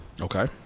Okay